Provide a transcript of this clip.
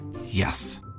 Yes